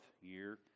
year